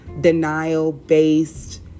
denial-based